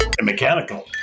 Mechanical